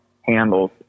handles